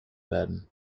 werden